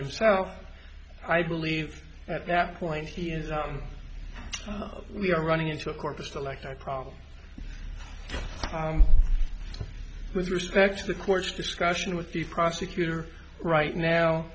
himself i believe at that point he is out of we are running into a corpus electronic problem with respect to the court's discussion with the prosecutor right now